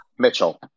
Mitchell